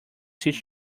teach